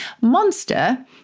Monster